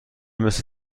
مثل